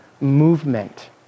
movement